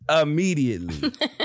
Immediately